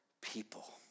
people